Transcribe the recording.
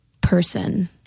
person